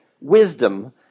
wisdom